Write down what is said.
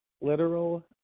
literal